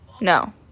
No